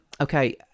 okay